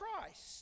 Christ